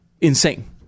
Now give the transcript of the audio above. insane